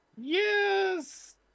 Yes